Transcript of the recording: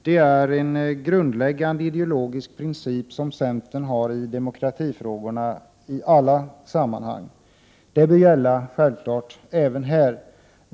Det är en grundläggande ideologisk princip som centern har när det gäller alla slags demokratifrågor. Detta bör självfallet gälla även här.